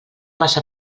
massa